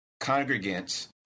congregants